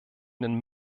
den